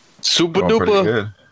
Super-duper